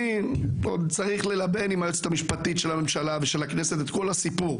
אני עוד צריך ללבן עם היועצת המשפטית של הממשלה ושל הכנסת את כל הסיפור,